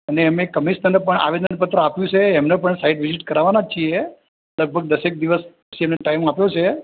અને અમે કમિશ્નરને પણ આવેદનપત્ર આપ્યું છે એમને પણ સાઈટ વિઝિટ કરાવવાના જ છીએ લગભગ દસેક દિવસ પછીનો ટાઈમ આપ્યો છે